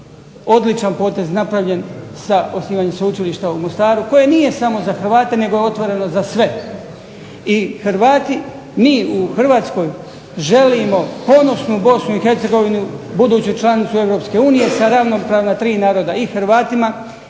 odličan potez napravljen sa osnivanjem sveučilišta u Mostaru, koje nije samo za Hrvate, nego je otvoreno za sve, i Hrvati, mi u Hrvatskoj želimo ponosnu BiH buduću članicu EU sa ravnopravna tri naroda, i Hrvatima